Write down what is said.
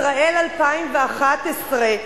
ישראל 2011: